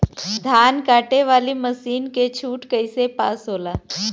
धान कांटेवाली मासिन के छूट कईसे पास होला?